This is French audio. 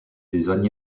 design